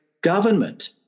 government